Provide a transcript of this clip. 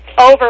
over